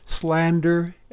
slander